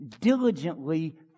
diligently